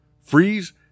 freeze